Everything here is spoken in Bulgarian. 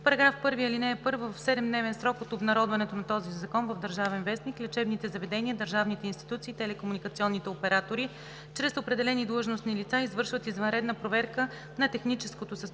става § 1: „§ 1. (1) В 7-дневен срок от обнародването на този закон в „Държавен вестник“ лечебните заведения, държавните институции и телекомуникационните оператори чрез определени длъжностни лица извършват извънредна проверка на техническото състояние